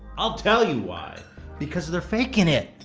i'll tell you why because they're faking it.